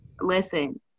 listen